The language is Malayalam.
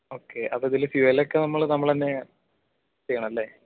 ഓക്കെ അപ്പോൾ ഇതിൽ ഫ്യൂവലൊക്കെ നമ്മൾ നമ്മൾ തന്നെ ചെയ്യണം അല്ലേ